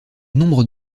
nombre